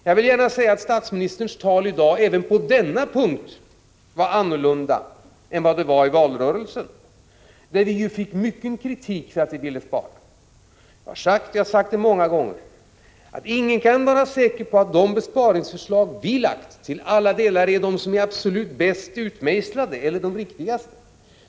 Jag vill gärna säga att statsministerns tal i dag även på denna punkt var annorlunda än i valrörelsen, där vi ju fick mycken kritik för att vi ville spara. Jag har sagt många gånger att ingen kan vara säker på att de besparingsförslag vi lade fram är de som till alla delar är absolut bäst utmejslade eller riktigast.